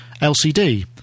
LCD